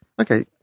Okay